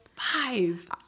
Five